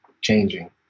changing